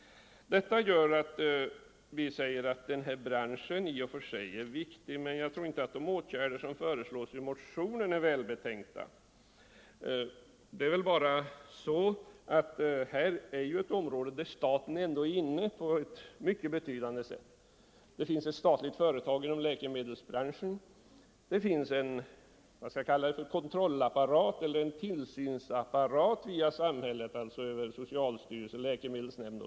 Det är av dessa skäl utskottet säger att den här branschen i och för sig är viktig men att vi inte tror att de åtgärder som föreslås i motionen är välbetänkta. Detta är ett område där staten har ett mycket betydande inflytande. Det finns t.ex. ett statligt företag inom läkemedelsbranschen. Vidare har samhället en kontrolleller tillsynsapparat i socialstyrelsen och läkemedelsnämnden.